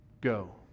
go